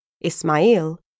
Ismail